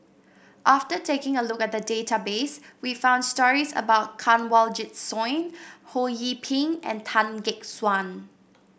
after taking a look at the database we found stories about Kanwaljit Soin Ho Yee Ping and Tan Gek Suan